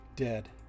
Dead